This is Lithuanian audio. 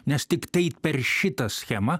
nes tiktai per šitą schemą